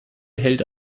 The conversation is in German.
hält